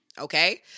Okay